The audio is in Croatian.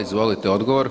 Izvolite odgovor.